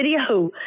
video